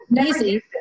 easy